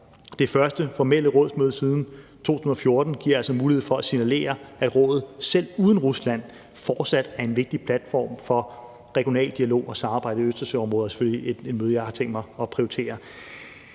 det første formelle rådsmøde siden 2014, giver altså mulighed for at signalere, at Rådet, selv uden Rusland, fortsat er en vigtig platform for regional dialog og samarbejde i Østersøområdet, og det er selvfølgelig et møde, jeg har tænkt mig at prioritere.